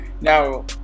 Now